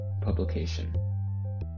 publication